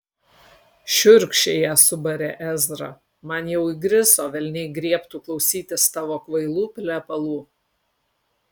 šiurkščiai ją subarė ezra man jau įgriso velniai griebtų klausytis tavo kvailų plepalų